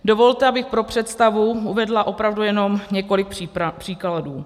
Dovolte, abych pro představu uvedla opravdu jenom několik příkladů.